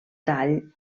tall